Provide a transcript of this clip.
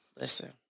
listen